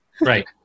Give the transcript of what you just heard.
Right